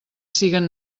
siguen